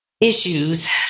issues